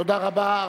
תודה רבה.